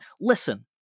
listen